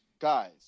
guys